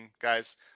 guys